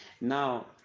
Now